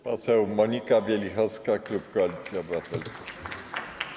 Poseł Monika Wielichowska, klub Koalicji Obywatelskiej.